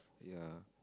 ya